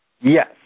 Yes